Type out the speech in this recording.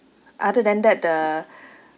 other than that the